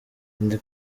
ndi